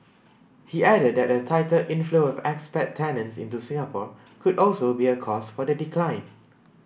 he added that a tighter inflow of expat tenants into Singapore could also be a cause for the decline